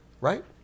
right